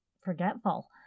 forgetful